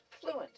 fluent